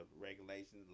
regulations